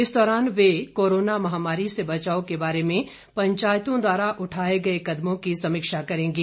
इस दौरान वे कोरोना महामारी से बचाव के बारे में पंचायतों द्वारा उठाए गए कदमों की समीक्षा करेंगे